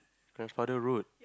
my father rule